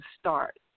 start